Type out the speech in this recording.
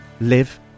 live